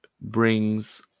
brings